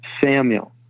Samuel